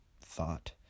thought